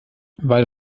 weil